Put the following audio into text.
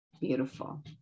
Beautiful